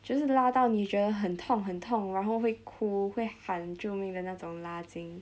就是拉到你觉得很痛很痛然后会哭会喊救命的那种拉筋